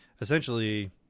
essentially